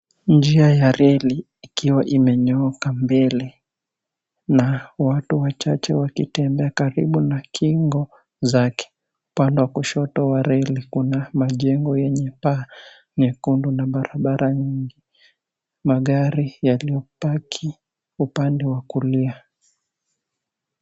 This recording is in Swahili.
Njia ya reli ikiwa imenyooka mbele na watu wachache wakitembea karibu na kingo za upande wa kushoto wa reli kuna majengo yenye paa nyekundu na barabara nyingi, magari yaliyobaki upande wa kulia.